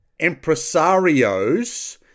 empresarios